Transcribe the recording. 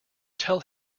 tell